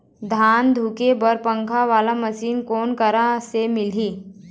धान धुके बर पंखा वाला मशीन कोन करा से मिलही?